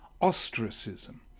ostracism